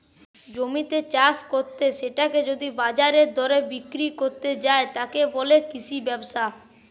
জমিতে চাষ কত্তে সেটাকে যদি বাজারের দরে বিক্রি কত্তে যায়, তাকে বলে কৃষি ব্যবসা